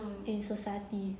in society